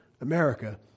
America